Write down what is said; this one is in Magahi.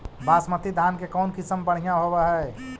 बासमती धान के कौन किसम बँढ़िया होब है?